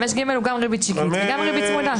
5ג הוא גם ריבית שקלית וגם ריבית צמודה.